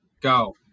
go